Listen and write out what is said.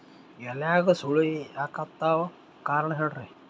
ಎಲ್ಯಾಗ ಸುಳಿ ಯಾಕಾತ್ತಾವ ಕಾರಣ ಹೇಳ್ರಿ?